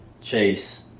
chase